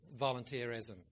volunteerism